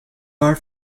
our